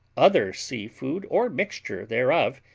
other sea food or mixture thereof,